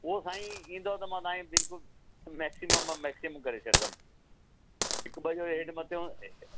उहो साईं ईंदव त मां तव्हांखे बिल्कुलु मेक्सिमम मां मेक्सिमम करे छॾिंदुमि हिकु ॿ जॻह हेठि मथऊं